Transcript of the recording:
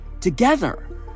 together